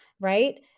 right